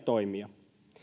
toimia